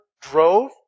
drove